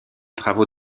travaux